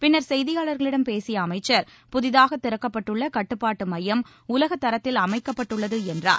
பின்னர் செய்தியாளர்களிடம் பேசிய அமைச்சர் புதிதாக திறக்கப்பட்டுள்ள கட்டுப்பாட்டு மையம் உலகத்தாத்தில் அமைக்கப்பட்டுள்ளது என்றார்